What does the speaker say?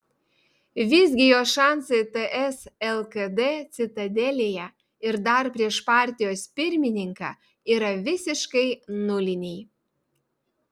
visgi jos šansai ts lkd citadelėje ir dar prieš partijos pirmininką yra visiškai nuliniai